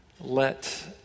let